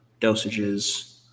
dosages